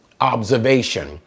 observation